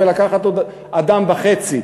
ולקחת לעבודה עוד אדם וחצי,